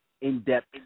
in-depth